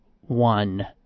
one